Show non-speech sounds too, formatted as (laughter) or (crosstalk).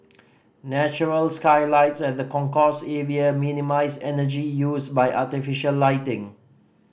(noise) natural skylights at the concourse area minimise energy used by artificial lighting